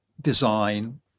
design